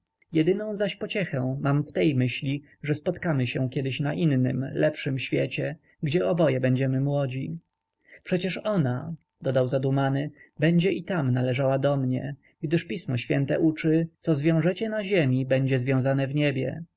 jedyną zaś pociechę mam w tej myśli że spotkamy się na innym lepszym świecie gdzie oboje będziemy młodzi przecież ona dodał zadumany będzie i tam należała do mnie gdyż pismo św uczy co zwiążecie na ziemi będzie związane w niebie